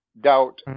doubt